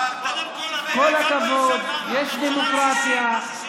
כל הכבוד, יש דמוקרטיה,